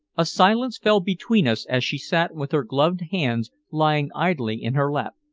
a silence fell between us as she sat with her gloved hands lying idly in her lap.